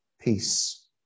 peace